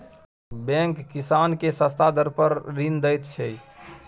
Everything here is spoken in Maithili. बैंक किसान केँ सस्ता दर पर ऋण दैत छै